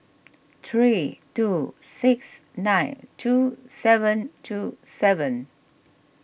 three two six nine two seven two seven